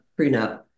prenup